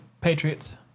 Patriots